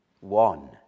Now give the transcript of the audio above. one